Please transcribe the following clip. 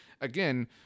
again